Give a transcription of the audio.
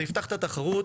זה יפתח את התחרות